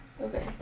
okay